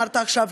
אמרת עכשיו,